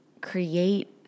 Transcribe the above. create